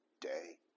day